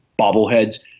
bobbleheads